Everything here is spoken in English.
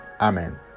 Amen